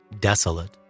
desolate